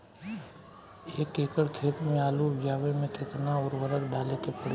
एक एकड़ खेत मे आलू उपजावे मे केतना उर्वरक डाले के पड़ी?